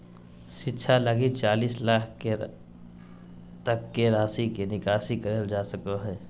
शिक्षा लगी चालीस लाख तक के राशि के निकासी करल जा सको हइ